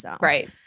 Right